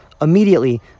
Immediately